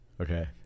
Okay